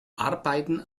arbeiten